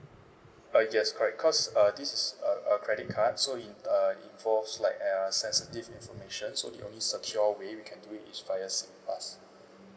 uh yes correct cause uh this is a a credit card so in uh involves like err sensitive information so the only secure way we can do it is via singpass